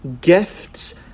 gifts